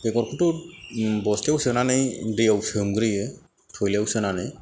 बेगरखौ बस्थायाव सोनानै दैयाव सोमग्रोयो थयलायाव सोनानै